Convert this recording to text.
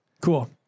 cool